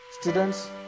Students